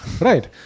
Right